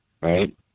right